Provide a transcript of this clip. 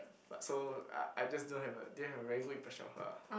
but so I I just don't have a don't have a very good impression of her ah